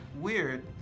weird